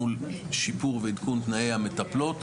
מול שיפור ועדכון תנאי המטפלות,